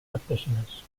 practitioners